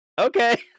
okay